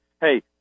Hey